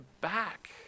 back